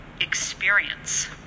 experience